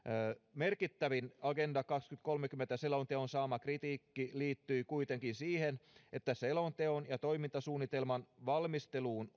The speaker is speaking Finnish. merkittävin agenda kaksituhattakolmekymmentä selonteon saama kritiikki liittyi kuitenkin siihen että selonteon ja toimintasuunnitelman valmisteluun